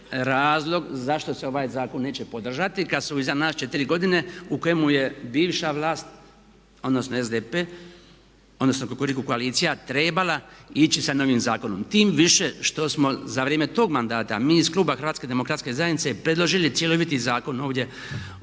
razlog zašto se ovaj zakon neće podržati kad su iza nas 4 godine u kojemu je bivša vlast odnosno SDP odnosno Kukuriku koalicija trebala ići sa novim zakonom tim više što smo za vrijeme tog mandata mi iz Kluba HDZ-a predložili cjeloviti zakon ovdje,